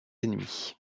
ennemis